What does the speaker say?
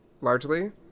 largely